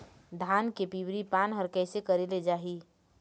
धान के पिवरी पान हर कइसे करेले जाही?